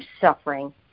suffering